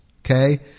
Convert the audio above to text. Okay